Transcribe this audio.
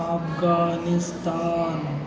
Afghanistan